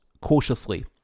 cautiously